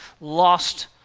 lost